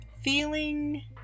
feeling